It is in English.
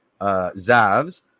Zavs